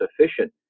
sufficient